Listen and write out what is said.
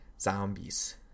zombies